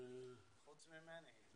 חוץ ממני.